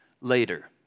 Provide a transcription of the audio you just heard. later